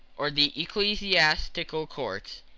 or the ecclesiastical courts.